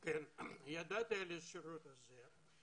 כן, ידעתי על השירות הזה.